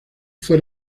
fue